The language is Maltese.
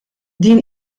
din